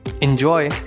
Enjoy